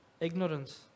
ignorance